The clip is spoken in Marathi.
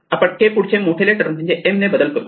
आपण K पुढचे मोठे लेटर म्हणजेच M ने बदल करू